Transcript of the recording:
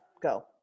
Go